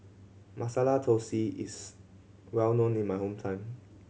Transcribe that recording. Masala Thosai is well known in my hometown